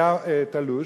היה תלוש,